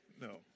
No